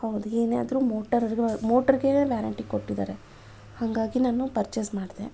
ಹೌದು ಏನೇ ಆದರೂ ಮೋಟರ್ ಮೋಟರ್ಗೆ ವ್ಯಾರಂಟಿ ಕೊಟ್ಟಿದ್ದಾರೆ ಹಾಗಾಗಿ ನಾನು ಪರ್ಚೆಸ್ ಮಾಡಿದೆ